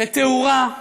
לתאורה.